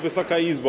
Wysoka Izbo!